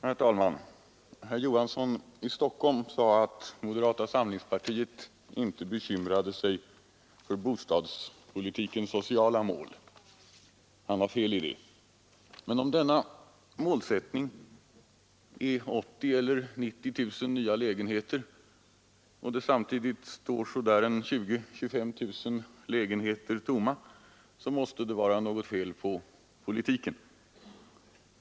Herr talman! Herr Knut Johansson i Stockholm sade att moderata samlingspartiet inte bekymrade sig för bostadspolitikens sociala mål. Han har fel i det. Men om denna målsättning är 80 000 eller 90 000 nya lägenheter och det samtidigt står 20 000—25 000 lägenheter tomma så måste det vara något fel på politiken.